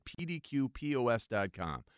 PDQPOS.com